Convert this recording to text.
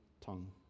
tongue